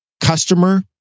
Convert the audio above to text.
customer